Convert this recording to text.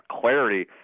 clarity